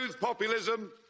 populism